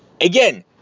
Again